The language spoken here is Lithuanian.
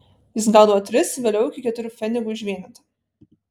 jis gaudavo tris vėliau iki keturių pfenigų už vienetą